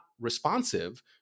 responsive